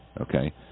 Okay